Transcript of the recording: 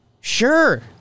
sure